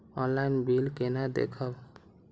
Online bill केना देखब?